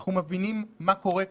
אנחנו מבינים מה קורה כאן,